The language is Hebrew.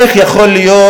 איך יכול להיות,